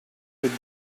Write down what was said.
could